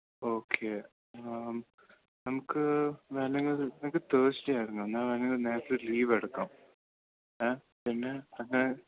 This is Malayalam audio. ഓക്കെ നമുക്ക് വേണമെങ്കിൽ തേസ്ഡേ ആയിരുന്നു എന്നാൽ വേണമെങ്കിൽ നേരത്തെ ഒരു ലീവ് എടുക്കാം ഏ പിന്നെ പിന്നെ